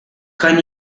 can